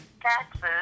taxes